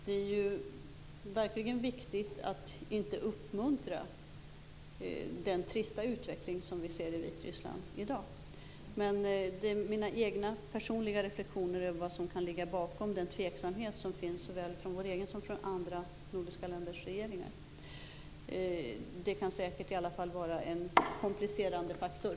Det är ju verkligen viktigt att inte uppmuntra den trista utveckling som vi ser i Vitryssland i dag. Men detta är mina egna personliga reflexioner över vad som kan ligga bakom den tveksamhet som finns såväl från vår egen regering som från andra nordiska regeringar. Det kan säkert i alla fall vara en komplicerande faktor.